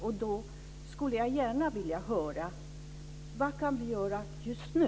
Jag skulle gärna vilja höra vad vi kan göra just nu.